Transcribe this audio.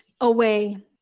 away